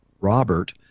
Robert